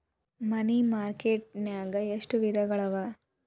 ಮನಿ market ನ್ಯಾಗ್ ಎಷ್ಟವಿಧಗಳು ಅವ?